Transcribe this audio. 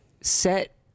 set